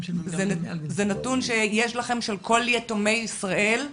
זה נתון שיש לכם של כול יתומי ישראל,